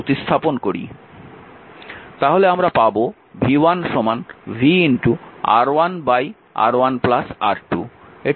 তাহলে আমরা পাব v1 v R1 R1 R2